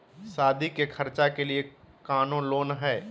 सादी के खर्चा के लिए कौनो लोन है?